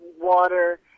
water